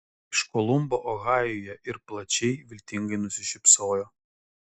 iš kolumbo ohajuje ir plačiai viltingai nusišypsojo